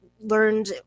learned